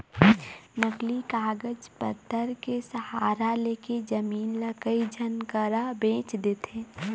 नकली कागज पतर के सहारा लेके जमीन ल कई झन करा बेंच देथे